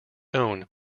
owned